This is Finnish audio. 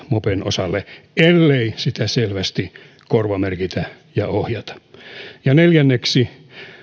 mopen osalle ellei sitä selvästi korvamerkitä ja ohjata neljänneksi